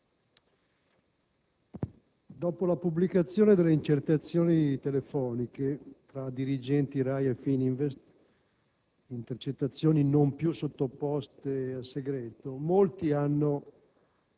dopo la pubblicazione delle intercettazioni telefoniche tra dirigenti RAI e Fininvest, non più sottoposte a segreto, molti hanno